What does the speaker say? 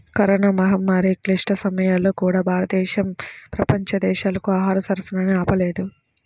corona మహమ్మారి క్లిష్ట సమయాల్లో కూడా, భారతదేశం ప్రపంచ దేశాలకు ఆహార సరఫరాని ఆపలేదు